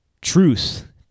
truth